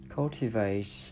Cultivate